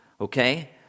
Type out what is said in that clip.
okay